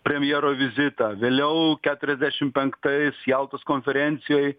premjero vizitą vėliau keturiasdešim penktais jaltos konferencijoj